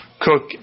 cook